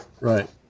Right